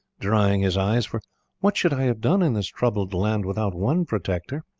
drying his eyes, for what should i have done in this troubled land without one protector?